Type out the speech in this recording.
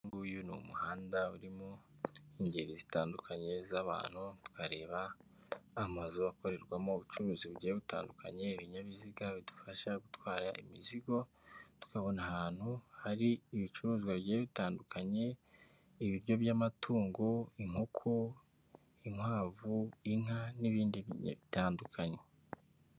Uyu nguyu n'umuhanda urimo ingeri zitandukanye z'abantu, ukareba amazu akorerwamo ubucuruzi butandukanye, ibinyabiziga bidufasha gutwara imizigo, tukabona ahantu hari ibicuruzwa bitandukanye ibiryo by'amatungo inkoko, inkwavu, inka n'ibindi bitandukanye.